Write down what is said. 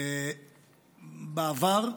בעבר,